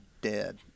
dead